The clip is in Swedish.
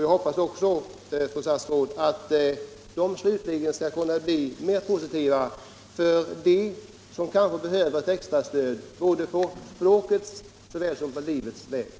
Jag hoppas också, fru statsråd, att vårt ställningstagande skall leda till ett positivt resultat för dem som kanske behöver ett extra stöd på såväl språkets som livets väg.